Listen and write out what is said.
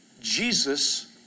Jesus